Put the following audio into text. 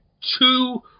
two